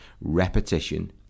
repetition